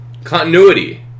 Continuity